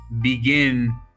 begin